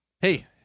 Hey